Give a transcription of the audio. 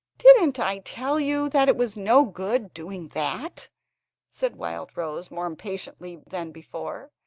didn't i tell you that it was no good doing that said wildrose, more impatiently than before.